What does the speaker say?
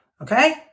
okay